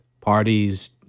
parties